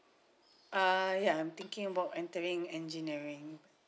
uh ya I'm thinking about entering engineering